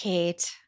Kate